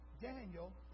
Daniel